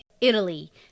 Italy